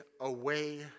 away